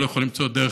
אני לא יכול למצוא דרך